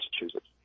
Massachusetts